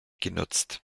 genutzt